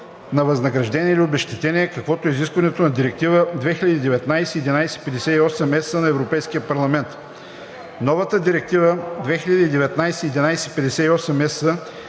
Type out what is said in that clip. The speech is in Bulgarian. на възнаграждение или обезщетение, каквото е изискването на Директива 2019/1158/ЕС на Европейския парламент. Новата Директива 2019/1158/ЕС